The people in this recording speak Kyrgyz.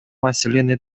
маселени